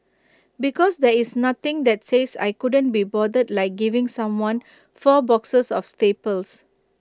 because there is nothing that says I couldn't be bothered like giving someone four boxes of staples